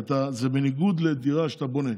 כי זה בניגוד לדירה שאתה בונה,